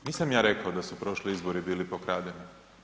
Nisam ja rekao da su prošli izbori bili pokradeni.